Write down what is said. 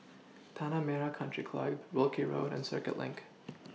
Tanah Merah Country Club Wilkie Road and Circuit LINK